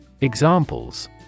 Examples